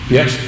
Yes